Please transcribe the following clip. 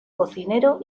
cocinero